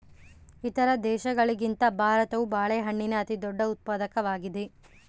ಇತರ ದೇಶಗಳಿಗಿಂತ ಭಾರತವು ಬಾಳೆಹಣ್ಣಿನ ಅತಿದೊಡ್ಡ ಉತ್ಪಾದಕವಾಗಿದೆ